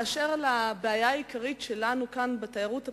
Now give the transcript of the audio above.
באשר לבעיה העיקרית שלנו כאן בתיירות הפנים,